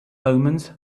omens